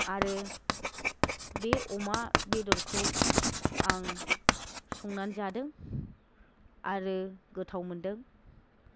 आरो बे अमा बेदरखौ आं संनानै जादों आरो गोथाव मोनदों